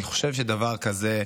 אני חושב שדבר כזה,